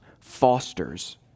fosters